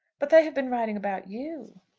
but they have been writing about you.